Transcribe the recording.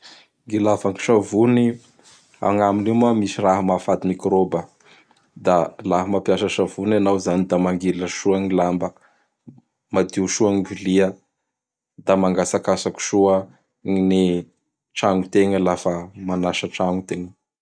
Gny ilava gny savony! Agnaminy io misy raha mahafaty mikroba. Da laha mampiasa savony anao izany da: mangilatsy soa gny lamba, madio soa gny vilia; da mangatsakatsaky soa gny tragnotegna laha fa manasa tragno tegna.